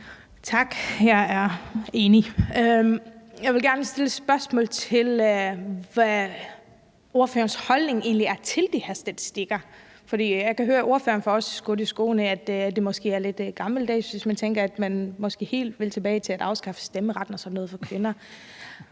Tak. Jeg er enig. Jeg vil gerne stille et spørgsmål om, hvad ordførerens holdning til de her statistikker egentlig er. For jeg kan høre, at ordføreren også får skudt i skoene, at det måske er lidt gammeldags, og at man tænker, at man måske vil gå tilbage til helt at afskaffe stemmeretten for kvinder